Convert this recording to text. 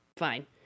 Fine